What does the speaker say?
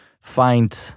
find